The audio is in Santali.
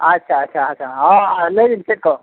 ᱟᱪᱪᱷᱟ ᱟᱪᱪᱷᱟ ᱟᱪᱪᱷᱟ ᱦᱚᱸ ᱞᱟᱹᱭᱵᱮᱱ ᱪᱮᱫ ᱠᱚ